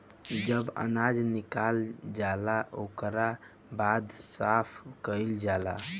जब अनाज निकल जाला ओकरा बाद साफ़ कईल जाला